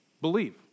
Believe